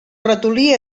ratolí